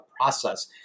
process